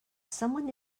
someone